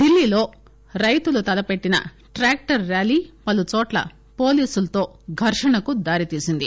ఢిల్లీలో రైతులు తలపెట్టిన ట్రాక్టర్ ర్యాలీ పలుచోట్ట పోలీసులతో ఘర్గణకు దారి తీసింది